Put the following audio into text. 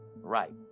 Right